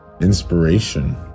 inspiration